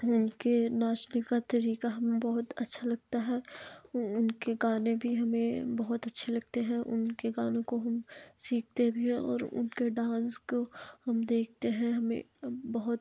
उनके नाचने का तरीका हमें बहुत अच्छा लगता है उ उनके गाने भी हमें बहुत अच्छे लगते हैं उनके गानों को हम सीखते भी हैं और उनके डांस को हम देखते हैं हमें बहुत